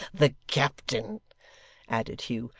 the captain added hugh,